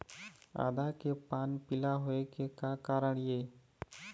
आदा के पान पिला होय के का कारण ये?